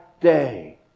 day